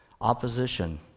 Opposition